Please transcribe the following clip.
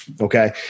okay